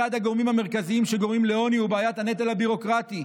אחד הגורמים המרכזיים שגורמים לעוני הוא בעיית הנטל הביורוקרטי.